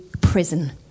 prison